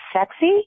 sexy